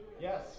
Yes